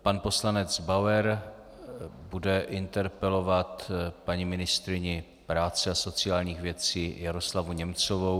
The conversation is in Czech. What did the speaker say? Pan poslanec Bauer bude interpelovat paní ministryni práce a sociálních věcí Jaroslavu Němcovou.